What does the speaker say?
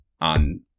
on